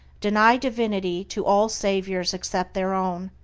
deny divinity to all saviors except their own,